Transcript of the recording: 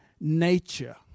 nature